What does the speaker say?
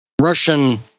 Russian